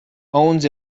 owns